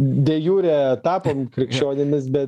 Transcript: de jure tapom krikščionimis bet